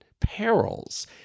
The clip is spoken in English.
perils